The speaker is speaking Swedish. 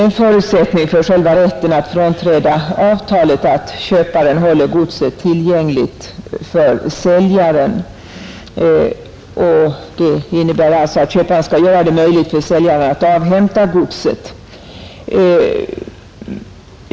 En förutsättning för rätten att frånträda avtalet är att köparen håller godset tillgängligt för säljaren, Det innebär att köparen skall göra det möjligt för säljaren att avhämta godset.